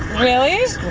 really?